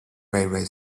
railway